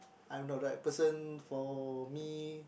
I am not right person for me